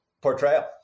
portrayal